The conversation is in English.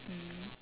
mm